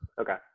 okay